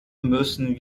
müssen